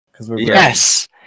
Yes